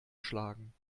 schlagen